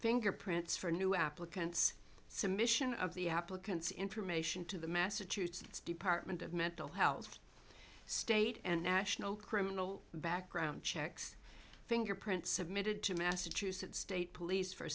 fingerprints for new applicants submission of the applicant's information to the massachusetts department of mental health state and national criminal background checks fingerprints submitted to massachusetts state police for